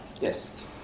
Yes